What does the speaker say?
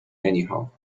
anyhow